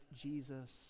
Jesus